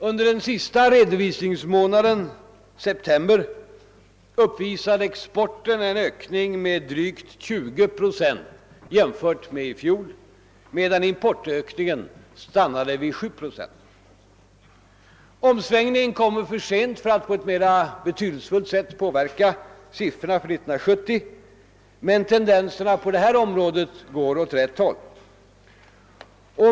Under den sista redovisningsmånaden — september — uppvisade exporten en ökning med drygt 20 procent jämfört med i fjol, medan importökningen stannade vid 7 procent. Omsvängningen kommer för sent för att kunna på ett mer betydelsefullt sätt påverka siffrorna för år 1970. Men tendensen på detta område går åt rätt håll.